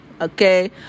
Okay